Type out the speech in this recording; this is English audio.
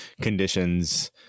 conditions